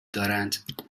دارند